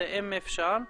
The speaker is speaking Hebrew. חשוב להסביר,